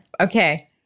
Okay